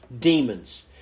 demons